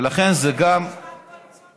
איזה צו מצפון?